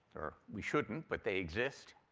we shouldn't, but they exist.